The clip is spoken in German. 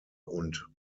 und